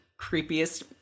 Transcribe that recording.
creepiest